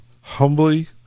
humbly